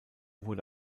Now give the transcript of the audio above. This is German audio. wurde